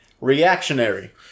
reactionary